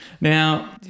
Now